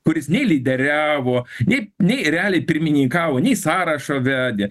kuris nei lyderiavo nei nei realiai pirmininkavo nei sąrašą vedė